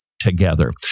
together